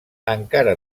encara